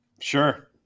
sure